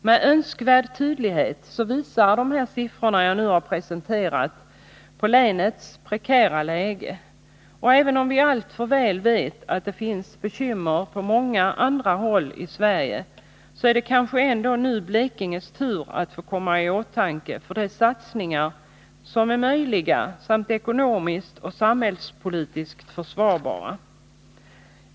Med önskvärd tydlighet visar de siffror jag nu har presenterat länets prekära läge och även om vi alltför väl vet att det finns bekymmer på många håll i Sverige är det kanske ändå nu Blekinges tur att komma i åtanke för de satsningar som är möjliga samt ekonomiskt och samhällspolitiskt försvarbara.